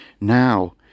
now